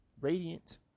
radiant